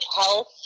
health